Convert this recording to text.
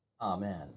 Amen